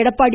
Edappadi